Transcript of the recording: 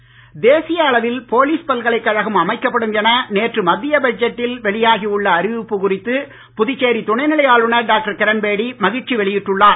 கிரண்பேடி தேசிய அளவில் போலீஸ் பல்கலைக்கழகம் அமைக்கப்படும் என நேற்று மத்திய பட்ஜெட்டில் வெளியாகி உள்ள அறிவிப்பு குறித்து புதுச்சேரி துணைநிலை ஆளுநர் டாக்டர் கிரண்பேடி மகிழ்ச்சி வெளியிட்டுள்ளார்